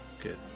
Good